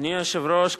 (תיקון מס' 4),